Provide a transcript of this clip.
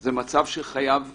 זה מצב שחייב להישמר.